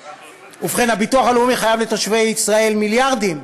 ובכן, הביטוח הלאומי חייב לתושבי ישראל מיליארדים.